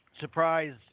surprise